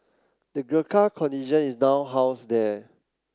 the Gurkha Contingent is now housed there